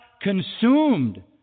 consumed